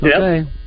Okay